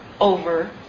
over